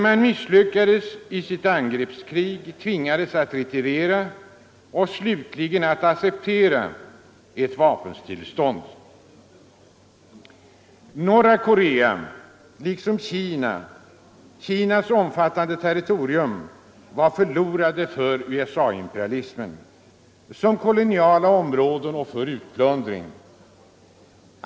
Man misslyckades dock i sitt angreppskrig, tvingades att retirera och slutligen att acceptera ett vapenstillestånd. Norra Korea liksom Kinas omfattande territorium var förlorade för USA imperialismen såsom koloniala områden för utplundring.